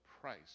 price